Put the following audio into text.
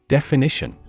Definition